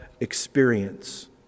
experience